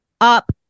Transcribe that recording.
up